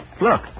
Look